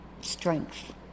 Strength